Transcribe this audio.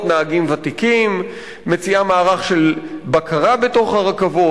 נהגים ותיקים ומציעה מערך של בקרה בתוך הרכבות.